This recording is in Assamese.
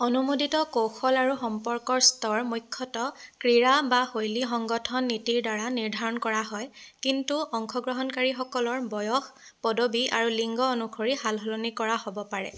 অনুমোদিত কৌশল আৰু সম্পৰ্কৰ স্তৰ মুখ্যতঃ ক্ৰীড়া বা শৈলী সংগঠন নীতিৰদ্বাৰা নিৰ্ধাৰণ কৰা হয় কিন্তু অংশগ্ৰহণকাৰীসকলৰ বয়স পদবী আৰু লিংগ অনুসৰি সালসলনি কৰা হ'ব পাৰে